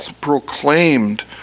proclaimed